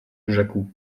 rzekł